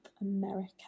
America